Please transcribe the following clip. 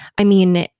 i mean,